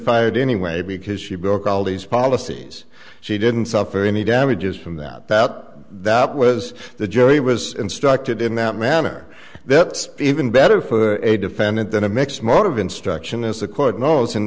fired anyway because she broke all these policies she didn't suffer any damages from that that that was the jury was instructed in that manner that's been better for a defendant than a mixed mode of instruction is